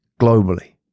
globally